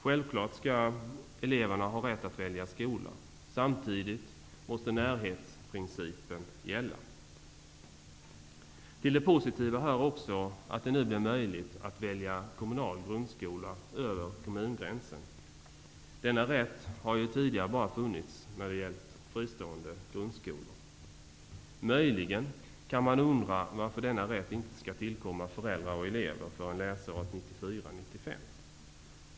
Självfallet skall eleverna ha rätt att välja skola. Samtidigt måste närhetsprincipen gälla. Till det positiva hör också att det nu blir möjligt att välja kommunal grundskola över kommungränserna. Denna rätt har ju tidigare bara funnits när det gällt fristående grundskolor. Möjligen kan man undra varför denna rätt inte skall tillkomma föräldrar och elever förrän läsåret 1994/95.